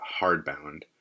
Hardbound